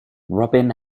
robin